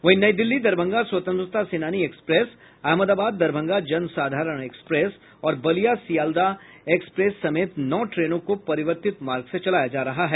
वहीं New Delhi Darbhanga Swatantrata Senani express Ahmedabad Darbhanga Jansadharan express और Ballia Sealdah express समेत नौ ट्रेनों को परिवर्तित मार्ग से चलाया जा रहा है